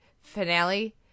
Finale